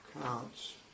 counts